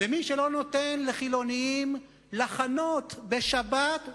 ומי שלא נותן לחילונים לחנות בשבת,